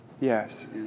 Yes